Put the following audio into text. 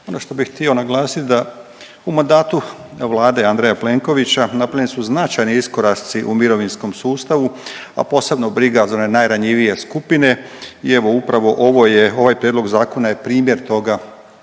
Ono što bih htio naglasit da u mandatu Vlade Andreja Plenkovića napravljeni su značajni iskoraci u mirovinskom sustavu, a posebno briga za one najranjivije skupine i evo upravo ovo je, ovaj prijedlog zakona je primjer toga